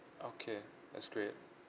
okay that's great